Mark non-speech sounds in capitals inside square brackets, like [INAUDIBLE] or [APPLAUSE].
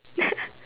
[LAUGHS]